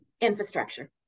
Infrastructure